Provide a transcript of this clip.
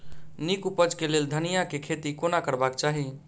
नीक उपज केँ लेल धनिया केँ खेती कोना करबाक चाहि?